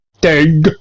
Ding